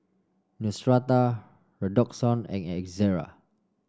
neostrata Redoxon and Ezerra